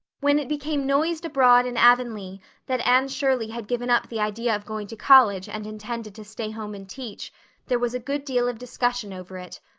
when it became noised abroad in avonlea that anne shirley had given up the idea of going to college and intended to stay home and teach there was a good deal of discussion over it.